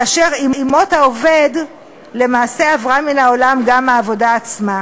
שכאשר עם מות העובד למעשה עברה מן העולם גם העבודה עצמה.